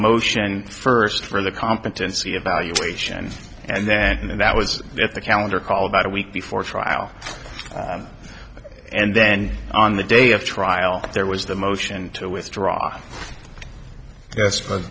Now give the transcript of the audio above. motion first for the competency evaluation and then and that was at the calendar call about a week before trial and then on the day of trial there was the motion to withdraw yes